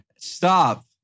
Stop